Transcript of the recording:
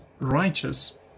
righteous